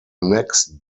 next